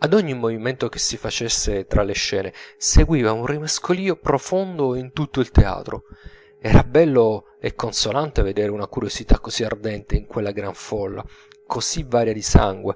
ad ogni movimento che si facesse tra le scene seguiva un rimescolìo profondo in tutto il teatro era bello e consolante vedere una curiosità così ardente in quella gran folla così varia di sangue